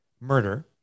murder